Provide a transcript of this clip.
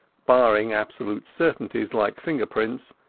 barring absolute certainties like fingerprints,